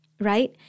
right